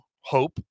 hope